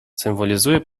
символізує